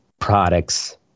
products